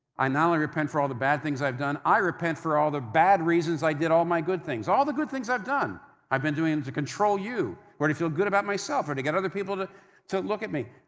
i not only repent for all the bad things i've done, i repent for all the bad reasons i did all my good things, all the good things i've done i've been doing them to control you, or to feel good about myself or to get other people to to look at me.